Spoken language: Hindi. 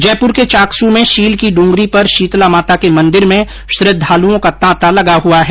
जयपुर के चाकसू में शील की डूंगरी पर शीतला माता के मंदिर में श्रद्धालुओं का तांता लगा हुआ है